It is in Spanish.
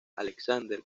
alexander